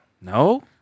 no